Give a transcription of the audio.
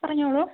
പറഞ്ഞോളൂ